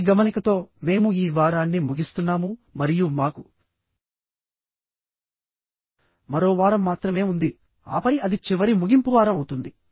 ఈ గమనికతో మేము ఈ వారాన్ని ముగిస్తున్నాము మరియు మాకు మరో వారం మాత్రమే ఉంది ఆపై అది చివరి ముగింపు వారం అవుతుంది